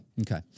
Okay